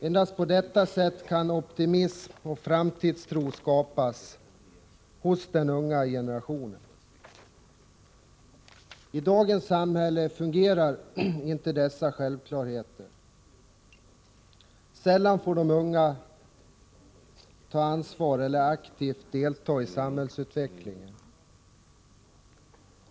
Endast på detta sätt kan optimism och framtidstro skapas hos den unga generationen. I dagens samhälle fungerar inte dessa självklarheter. Sällan får de unga ta ansvar eller aktivt delta i samhällsutvecklingen.